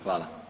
Hvala.